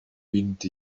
vint